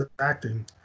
acting